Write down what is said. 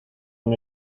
con